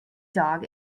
dog